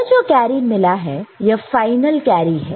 यह जो कैरी मिला है यह फाइनल कैरी है